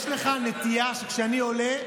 יש לך נטייה שכשאני עולה,